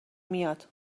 میاد